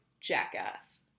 jackass